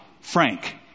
Frank